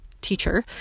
teacher